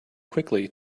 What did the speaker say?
quickly